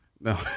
No